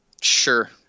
Sure